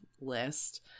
list